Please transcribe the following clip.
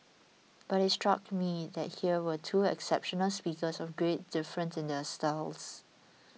but it struck me that here were two exceptional speakers of great difference in their styles